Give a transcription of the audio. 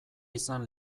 izan